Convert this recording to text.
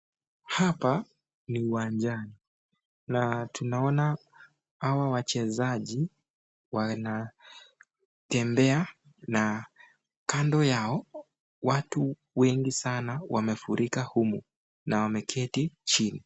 Hapa ni uwanjani na tunaona hawa wachezaji wanatembea na kando yao watu wengi sana wamefurika humu na wameketi chini.